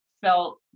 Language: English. felt